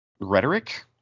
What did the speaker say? rhetoric